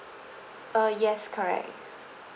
uh yes correct